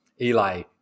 Eli